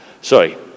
Sorry